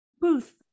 Booth